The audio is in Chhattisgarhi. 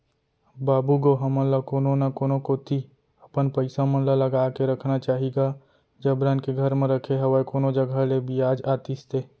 बाबू गो हमन ल कोनो न कोनो कोती अपन पइसा मन ल लगा के रखना चाही गा जबरन के घर म रखे हवय कोनो जघा ले बियाज आतिस ते